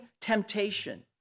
temptation